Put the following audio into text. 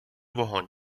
вогонь